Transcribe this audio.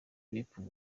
pepper